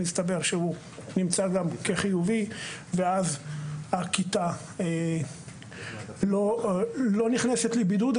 מסתבר שהוא נמצא גם כחיובי ואז הכיתה לא נכנסת לבידוד.